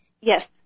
Yes